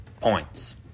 points